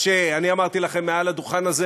מה שאמרתי לכם מעל הדוכן הזה,